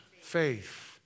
faith